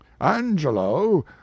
Angelo